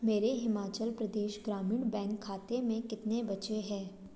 मेरे हिमाचल प्रदेश ग्रामीण बैंक खाते में कितने बचे हैं